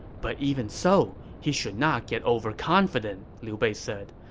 but even so, he should not get overconfident, liu bei said.